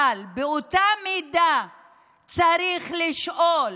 אבל באותה מידה צריך לשאול